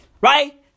Right